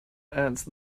ants